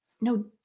no